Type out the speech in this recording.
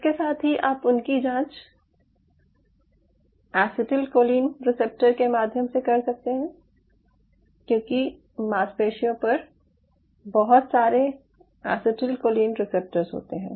इसके साथ ही आप उनकी जांच एसीटिलकोलिन रिसेप्टर के माध्यम से कर सकते हैं क्योंकि मांसपेशियों पर बहुत सारे एसिटिलकोलिन रिसेप्टर्स होते हैं